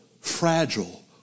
fragile